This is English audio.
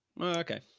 Okay